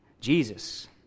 Jesus